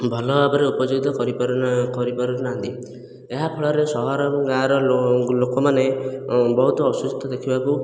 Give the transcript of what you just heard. ଭଲ ଭାବରେ ଉପଯୋଗିତ କରିପାରୁ କରିପାରୁନାହାନ୍ତି ଏହାଫଳରେ ସହର ଏବଂ ଗାଁର ଲୋକମାନେ ବହୁତ ଅସୁସ୍ଥ ଦେଖିବାକୁ